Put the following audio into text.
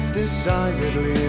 decidedly